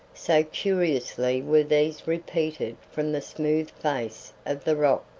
so curiously were these repeated from the smooth face of the rock.